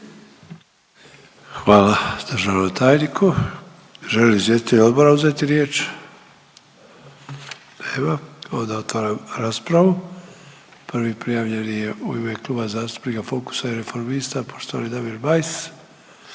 Hvala državnom tajniku. Žele li izvjestitelji odbora uzeti riječ? Nema, onda otvaram raspravu. Prvi prijavljeni je u ime Kluba zastupnika Fokusa i Reformista poštovani Damir Bajs,